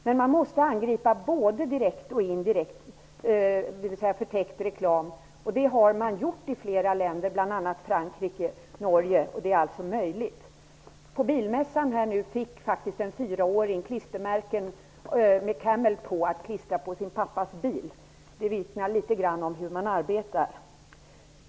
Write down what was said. Men man måste angripa både direkt och förtäckt reklam, vilket man har gjort i flera länder, bl.a. i Frankrike och i Norge. Det är alltså möjligt. På Bilmässan nyligen fick faktiskt en fyraåring ett märke som gjorde reklam för Camel att klistra på sin pappas bil. Det vittnar litet grand om hur tobaksbolagen arbetar.